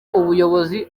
ubuyobozi